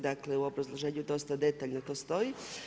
Dakle u obrazloženju dosta detaljno to stoj.